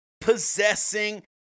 possessing